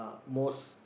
mosque